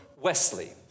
Wesley